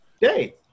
day